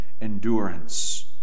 endurance